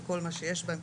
על כל מה שיש בהם,